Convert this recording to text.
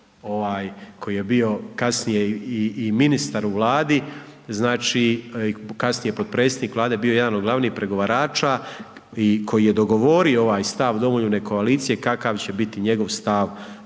koji je bio kasnije i ministar u Vladi, znači, kasnije potpredsjednik Vlade, bio jedan od glavnih pregovarača i koji je dogovorio ovaj stav domoljubne koalicije kakav će biti njegov stav po